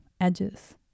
edges